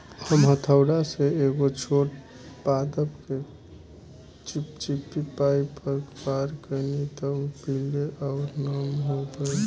हम हथौड़ा से एगो छोट पादप के चिपचिपी पॉइंट पर वार कैनी त उ पीले आउर नम हो गईल